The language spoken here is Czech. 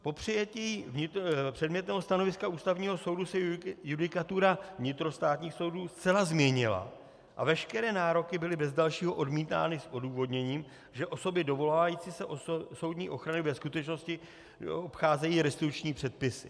Po přijetí předmětného stanoviska Ústavního soudu se judikatura vnitrostátních soudů zcela změnila a veškeré nároky byly bez dalšího odmítány s odůvodněním, že osoby dovolávající se soudní ochrany ve skutečnosti obcházejí restituční předpisy.